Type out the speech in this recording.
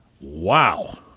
Wow